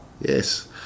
Yes